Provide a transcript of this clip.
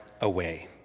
away